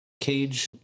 Cage